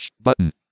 button